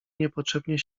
niepotrzebnie